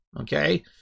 Okay